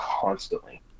constantly